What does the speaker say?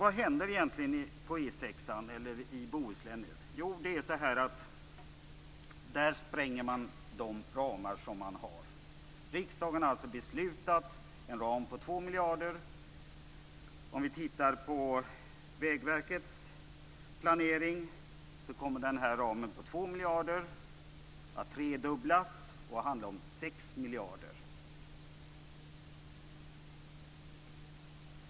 Vad händer egentligen på E 6 eller i Bohuslän? Där sprängs de ramar som finns. Riksdagen har beslutat om en ram på 2 miljarder. Vägverkets planering innebär att ramen på 2 miljarder kommer att tredubblas och handla om 6 miljarder.